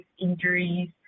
injuries